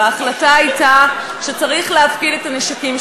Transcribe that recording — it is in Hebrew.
וההחלטה הייתה שצריך להפקיד את הנשקים.